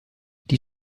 die